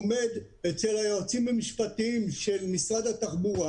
עומד אצל היועצים המשפטיים של משרד התחבורה.